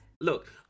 Look